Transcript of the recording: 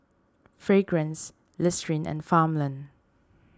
Fragrance Listerine and Farmland